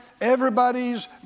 Everybody's